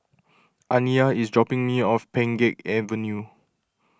Aniyah is dropping me off Pheng Geck Avenue